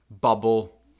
bubble